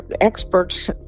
experts